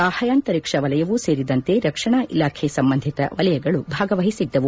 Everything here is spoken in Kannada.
ಬಾಹ್ಯಾಂತರಿಕ್ಷಾ ವಲಯವೂ ಸೇರಿದಂತೆ ರಕ್ಷಣಾ ಇಲಾಖೆ ಸಂಬಂಧಿತ ವಲಯಗಳು ಭಾಗವಹಿಸಿದ್ದವು